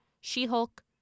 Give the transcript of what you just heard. She-Hulk